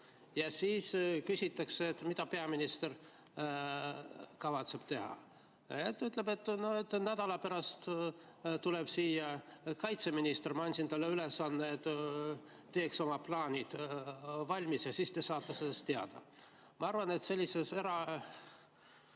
ja siis küsitakse, mida peaminister kavatseb teha. Ta ütleb, et nädala pärast tuleb siia kaitseminister, ma andsin talle ülesande, et ta teeks oma plaanid valmis, ja siis te saate sellest teada. Ma arvan, et sellises